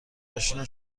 آشنا